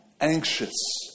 anxious